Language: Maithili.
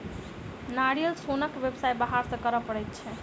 नारियल सोनक व्यवसाय बाहर सॅ करय पड़ैत छै